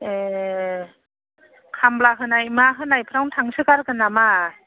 ए खामला होनाय मा होनायफ्रावनो थांसोगारगोन नामा